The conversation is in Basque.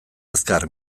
azkar